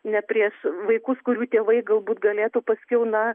ne prieš vaikus kurių tėvai galbūt galėtų paskiau na